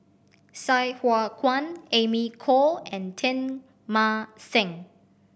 Sai Hua Kuan Amy Khor and Teng Mah Seng